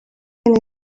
cyn